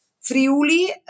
Friuli